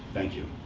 thank you.